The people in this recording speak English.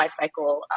lifecycle